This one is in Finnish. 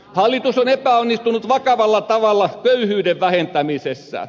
hallitus on epäonnistunut vakavalla tavalla köyhyyden vähentämisessä